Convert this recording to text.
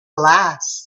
glass